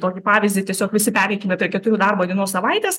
tokį pavyzdį tiesiog visi pereikime prie keturių darbo dienų savaitės